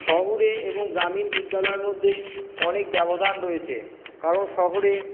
শহুরে এবং গ্রামীণ বিদ্যালয়ের মধ্যে অনেক ব্যবধান রয়েছে কারণ শহরে